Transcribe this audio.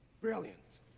Brilliant